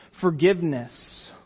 forgiveness